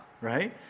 right